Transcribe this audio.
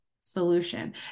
solution